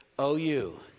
OU